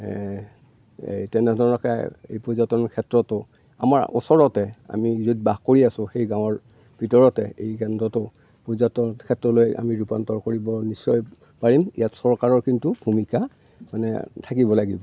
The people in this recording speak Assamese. এই তেনে ধৰণৰকৈ এই পৰ্যটন ক্ষেত্ৰটো আমাৰ ওচৰতে আমি য'ত বাস কৰি আছোঁ সেই গাঁৱৰ ভিতৰতে এই কেন্দ্ৰটো পৰ্যটন ক্ষেত্ৰলৈ আমি ৰূপান্তৰ কৰিব নিশ্চয় পাৰিম ইয়াত চৰকাৰৰ কিন্তু ভূমিকা মানে থাকিব লাগিব